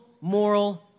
moral